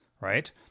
right